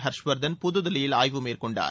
ஹர்ஷ்வர்தன் புது தில்லியில் ஆய்வு மேற்கொண்டார்